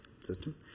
system